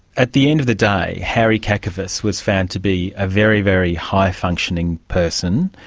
at the end of the day, harry kakavas was found to be a very, very high functioning person.